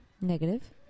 Negative